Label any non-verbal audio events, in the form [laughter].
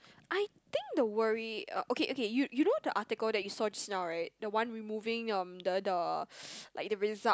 I think the worry uh okay okay you you know the article that you saw just now right the one we moving um the the [noise] like the result